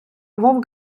вовк